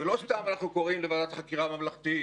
ולא סתם אנחנו קוראים לוועדת חקירה ממלכתית,